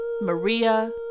Maria